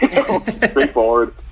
straightforward